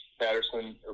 Patterson